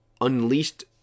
unleashed